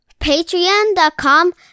patreon.com